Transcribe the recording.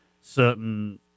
certain